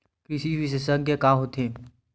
कृषि विशेषज्ञ का होथे?